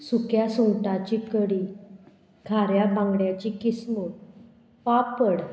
सुक्या सुंगटाची कडी खऱ्या बांगड्याची किसमूर पापड